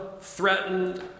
threatened